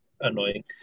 annoying